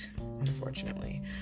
unfortunately